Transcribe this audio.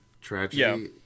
tragedy